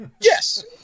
Yes